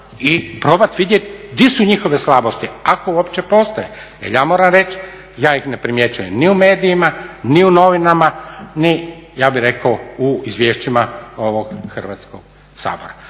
i probati vidjeti gdje su njihove slabosti ako uopće postoje. Jel ja moram reći ja ih ne primjećujem ni u medijima, ni u novinama, ni u izvješćima ovog Hrvatskog sabora.